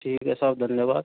ठीक है साहब धन्यवाद